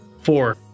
Four